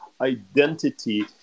Identity